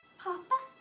papa?